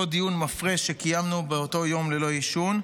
דיון מפרה שקיימנו באותו יום ללא עישון,